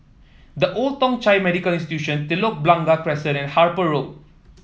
The Old Thong Chai Medical Institution Telok Blangah Crescent and Harper Road